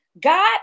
God